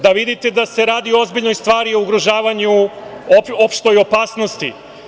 Da vidite da se radi o ozbiljnoj stvari o ugrožavanju, opštoj opasnosti.